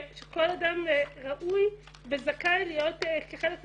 שכל אדם ראוי וזכאי להיות כחלק מהקהילה,